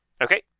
Okay